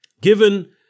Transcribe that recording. given